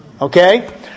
Okay